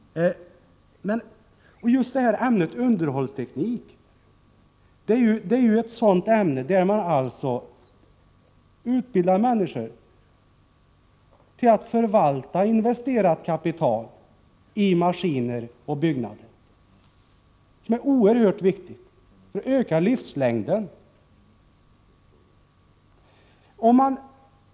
Just ämnet underhållsteknik är ett sådant ämne där man utbildar människor till att förvalta investerat kapital i maskiner och byggnader. Det är oerhört viktigt. Det ökar investeringarnas livslängd.